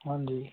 ਹਾਂਜੀ